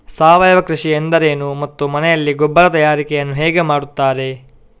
ಸಾವಯವ ಕೃಷಿ ಎಂದರೇನು ಮತ್ತು ಮನೆಯಲ್ಲಿ ಗೊಬ್ಬರ ತಯಾರಿಕೆ ಯನ್ನು ಹೇಗೆ ಮಾಡುತ್ತಾರೆ?